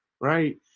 right